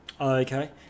Okay